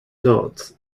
dots